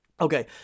Okay